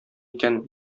икән